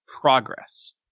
progress